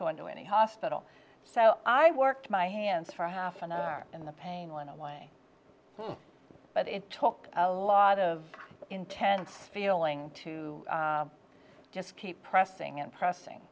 going to any hospital so i worked my hands for half an hour in the pain went away but it took a lot of intense feeling to just keep pressing and pressing